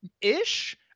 ish